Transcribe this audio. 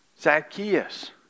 Zacchaeus